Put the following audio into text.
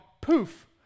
poof